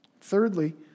Thirdly